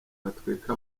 batwika